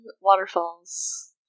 waterfalls